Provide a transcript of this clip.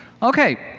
okay.